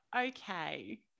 okay